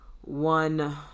one